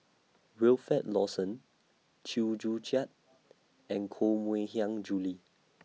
Wilfed Lawson Chew Joo Chiat and Koh Mui Hiang Julie